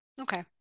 Okay